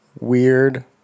weird